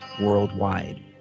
worldwide